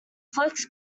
flex